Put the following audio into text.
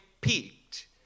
peaked